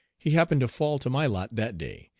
he happened to fall to my lot that day,